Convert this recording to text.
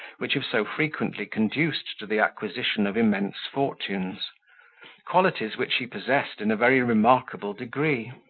which have so frequently conduced to the acquisition of immense fortunes qualities which he possessed in a very remarkable degree.